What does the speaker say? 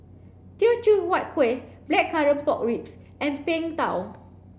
Teochew Huat Kueh blackcurrant pork ribs and Png Tao